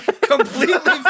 Completely